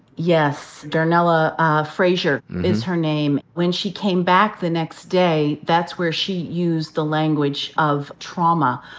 yes, darnella frazier is her name. when she came back the next day that's where she used the language of trauma,